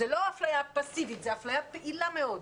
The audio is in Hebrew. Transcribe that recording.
זאת לא הפליה פאסיבית, זאת הפליה פעילה מאוד.